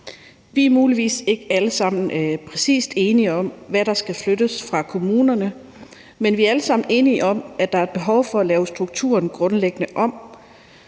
Vi er muligvis ikke alle sammen fuldstændig enige om, hvad der skal flyttes fra kommunerne, men vi er alle sammen enige om, at der er behov for at lave strukturen grundlæggende om,